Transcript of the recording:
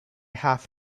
have